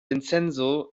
vincenzo